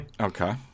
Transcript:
Okay